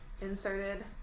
inserted